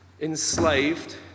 enslaved